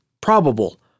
probable